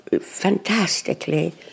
fantastically